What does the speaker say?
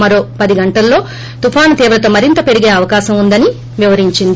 మరో పది గంటల్లో తుపాను తీవ్రత మరింత పెరిగే అవకాశం ఉందని వివరించింది